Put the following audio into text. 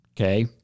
Okay